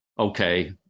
okay